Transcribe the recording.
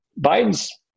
Biden's